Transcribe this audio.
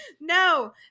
No